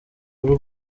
y’u